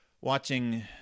watching